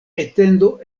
etendo